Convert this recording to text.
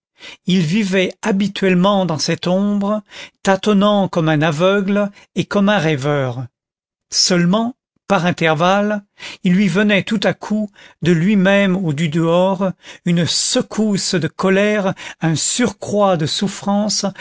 il vivait habituellement dans cette ombre tâtonnant comme un aveugle et comme un rêveur seulement par intervalles il lui venait tout à coup de lui-même ou du dehors une secousse de colère un surcroît de souffrance